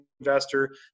investor